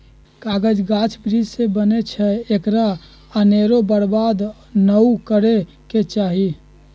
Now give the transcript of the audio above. कागज गाछ वृक्ष से बनै छइ एकरा अनेरो बर्बाद नऽ करे के चाहि